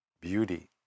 beauty